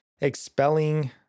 expelling